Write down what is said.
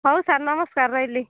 ହଉ ସାର୍ ନମସ୍କାର ରହିଲି